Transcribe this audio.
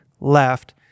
left